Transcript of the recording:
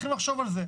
צריכים לחשוב על זה.